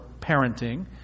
parenting